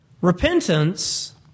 Repentance